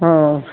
ಹ್ಞೂ